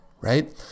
Right